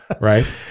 right